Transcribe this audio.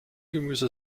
gemüse